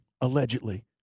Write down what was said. allegedly –